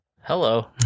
hello